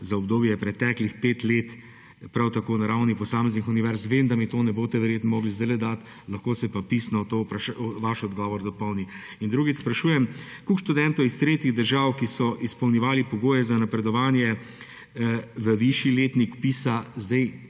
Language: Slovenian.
za obdobje preteklih pet let prav tako na ravni posameznih univerz. Vem, da mi tega ne boste verjetno mogli zdaj dati, lahko se pa pisno vaš odgovor dopolni. In kot drugo sprašujem: Koliko študentov iz tretjih držav, ki so izpolnjevali pogoje za napredovanje v višji letnik, vpisa zdaj